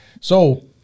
So-